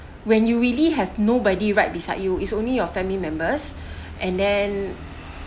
when you really have nobody right beside you it's only your family members and then